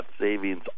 savings